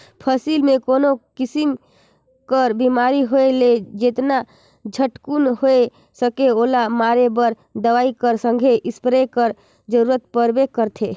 फसिल मे कोनो किसिम कर बेमारी होए ले जेतना झटकुन होए सके ओला मारे बर दवई कर संघे इस्पेयर कर जरूरत परबे करथे